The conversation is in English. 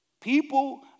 People